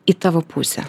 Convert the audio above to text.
į tavo pusę